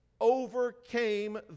overcame